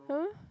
!huh!